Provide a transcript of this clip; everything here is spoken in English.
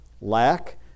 Lack